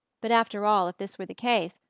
but, after all, if this were the case,